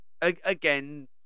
again